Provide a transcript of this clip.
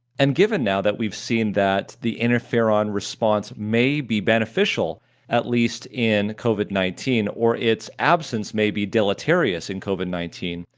and given now that we've seen that the interferon response may be beneficial at least in covid nineteen, or its absence may be deleterious in covid nineteen,